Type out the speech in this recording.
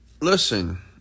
listen